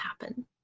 happen